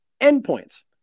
endpoints